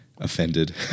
Offended